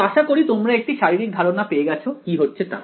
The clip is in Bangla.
তো আশা করি তোমরা একটি শারীরিক ধারণা পেয়ে গেছো কি হচ্ছে তার